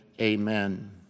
amen